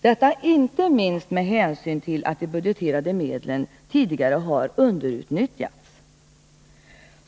Detta inte minst med hänsyn till att de budgeterade medlen tidigare har underutnyttjats.